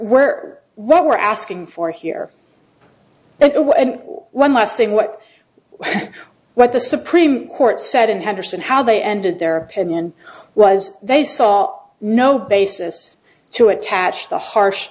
we're what we're asking for here and one last thing what what the supreme court said in henderson how they ended their opinion was they saw no basis to attach the harsh